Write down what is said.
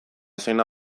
zena